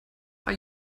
are